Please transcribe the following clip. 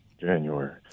January